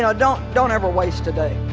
don't don't ever waste a day